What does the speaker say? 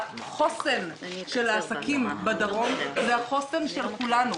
החוסן של העסקים בדרום הוא החוסן של כולנו,